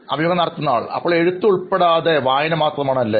അഭിമുഖം നടത്തുന്നയാൾ അപ്പോൾ എഴുത്ത് ഉൾപ്പെടുത്താതെ വായന മാത്രമാണ് അല്ലേ